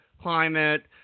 climate